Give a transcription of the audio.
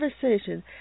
conversation